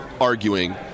arguing